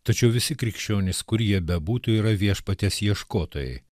tačiau visi krikščionys kur jie bebūtų yra viešpaties ieškotojai